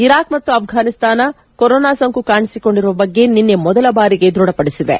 Iraq ಮತ್ತು ಅಫ್ಪನಿಸ್ತಾನ corona ಸೋಂಕು ಕಾಣಿಸಿಕೊಂಡಿರುವ ಬಗ್ಗೆ ನಿನ್ನೆ ಮೊದಲ ಬಾರಿಗೆ ದ್ವ ಢಪಡಿಸಿವೆ